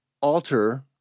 alter